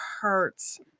hurts